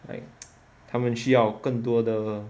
like 他们需要更多的